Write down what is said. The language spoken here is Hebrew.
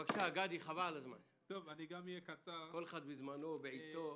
גם אני אקצר בדבריי.